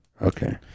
Okay